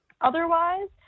otherwise